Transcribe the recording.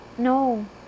no